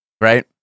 Right